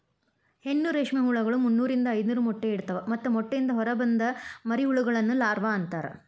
ಹೆಣ್ಣು ರೇಷ್ಮೆ ಹುಳಗಳು ಮುನ್ನೂರಿಂದ ಐದನೂರ ಮೊಟ್ಟೆ ಇಡ್ತವಾ ಮತ್ತ ಮೊಟ್ಟೆಯಿಂದ ಹೊರಗ ಬಂದ ಮರಿಹುಳಗಳನ್ನ ಲಾರ್ವ ಅಂತಾರ